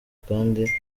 kandi